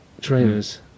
trainers